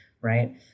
right